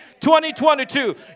2022